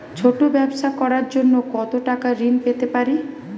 ছোট ব্যাবসা করার জন্য কতো টাকা ঋন পেতে পারি?